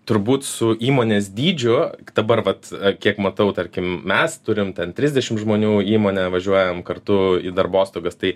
turbūt su įmonės dydžiu dabar vat kiek matau tarkim mes turim trisdešim žmonių įmonę važiuojam kartu į darbostogas tai